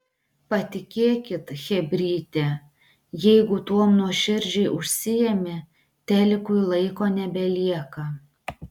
patikėkit chebryte jeigu tuom nuoširdžiai užsiimi telikui laiko nebelieka